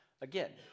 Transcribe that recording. Again